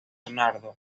bernardo